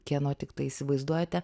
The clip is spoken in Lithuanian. kieno tiktai įsivaizduojate